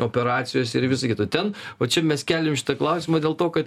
operacijose ir visa kita ten o čia mes keliam šitą klausimą dėl to kad